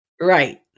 Right